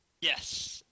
Yes